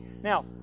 Now